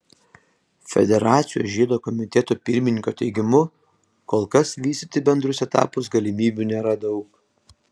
federacijos žiedo komiteto pirmininko teigimu kol kas vystyti bendrus etapus galimybių nėra daug